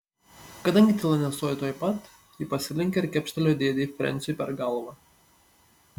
kadangi tyla nestojo tuoj pat ji pasilenkė ir kepštelėjo dėdei frensiui per galvą